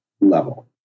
level